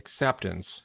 acceptance